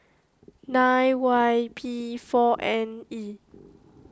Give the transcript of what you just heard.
nine Y P four N E